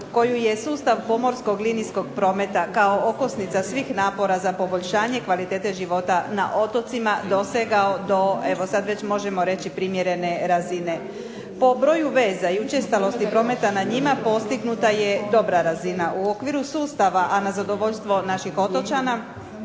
koju je sustav pomorskog linijskog prometa kao okosnica svih napora za poboljšanje kvalitete života na otocima dosegao do evo sada već možemo reći primjerene razine. Po broju veza i učestalosti prometa na njima postignuta je dobra razina. U okviru sustava, a na zadovoljstvo naših otočana